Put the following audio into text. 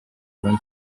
rond